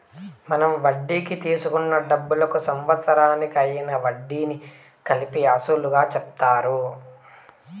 మనం వడ్డీకి తీసుకున్న డబ్బులకు సంవత్సరానికి అయ్యిన వడ్డీని కలిపి అసలుగా చెప్తారు